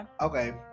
Okay